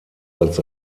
als